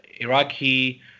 Iraqi